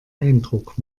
eindruck